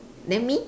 then me